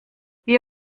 wir